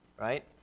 right